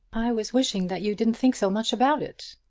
i was wishing that you didn't think so much about it.